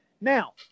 Now